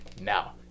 Now